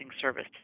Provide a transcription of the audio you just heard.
Service